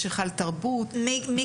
יש היכל תרבות.